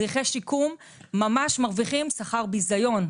מדריכי שיקום מרוויחים שכר ביזיון.